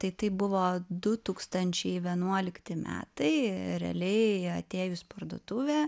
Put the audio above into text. tai tai buvo du tūkstančiai vienuolikti metai ir realiai atėjus į parduotuvę